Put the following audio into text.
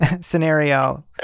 scenario